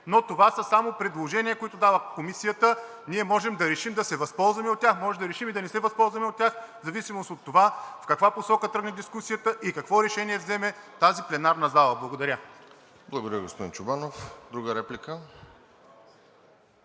но това са само предложения, които дава Комисията, ние можем да решим да се възползваме от тях, можем да решим и да не се възползваме от тях, в зависимост от това в каква посока тръгне дискусията и какво решение ще вземе тази пленарна зала. Благодаря. ПРЕДСЕДАТЕЛ РОСЕН ЖЕЛЯЗКОВ: Благодаря, господин Чобанов. Друга реплика?